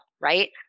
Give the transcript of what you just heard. right